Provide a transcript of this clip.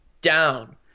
down